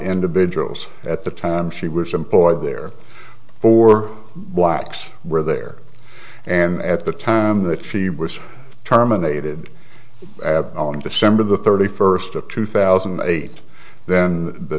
individuals at the time she was employed there for blacks were there and at the time that she was terminated on december the thirty first of two thousand and eight then the